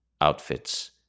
outfits